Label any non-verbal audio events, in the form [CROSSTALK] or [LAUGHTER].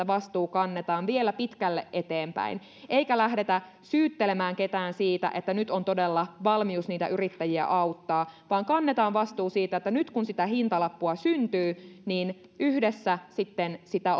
[UNINTELLIGIBLE] vastuu kannetaan vielä pitkälle eteenpäin eikä lähdetä syyttelemään ketään siitä että nyt on todella valmius niitä yrittäjiä auttaa vaan kannetaan vastuu siitä että nyt kun sitä hintalappua syntyy niin yhdessä sitten olemme sitä [UNINTELLIGIBLE]